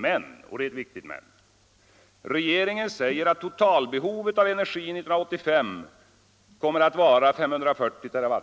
Men — och det är ett viktigt men — regeringen säger att totalbehovet av energi 1985 kommer att vara 340 TWh